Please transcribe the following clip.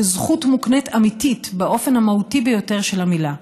זכות מוקנית אמיתית באופן המהותי ביותר של המילה.